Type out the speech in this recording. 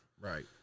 Right